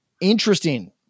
Interesting